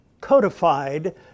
codified